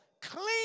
clean